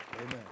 Amen